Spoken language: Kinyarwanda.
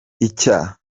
icya